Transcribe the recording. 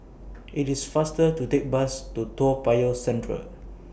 IT IS faster to Take Bus to Toa Payoh Central